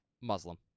Muslim